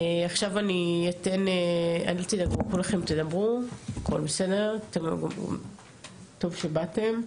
עכשיו אני אתן לכולכם לדבר, הכל בסדר, טוב שבאתם,